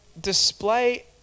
display